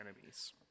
enemies